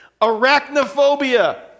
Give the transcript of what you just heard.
Arachnophobia